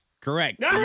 correct